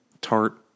tart